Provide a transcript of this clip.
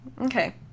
Okay